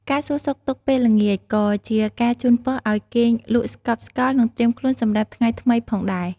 ការសួរសុខទុក្ខពេលល្ងាច ក៏ជាការជូនពរឲ្យគេងលក់ស្កប់ស្កល់ និងត្រៀមខ្លួនសម្រាប់ថ្ងៃថ្មីផងដែរ។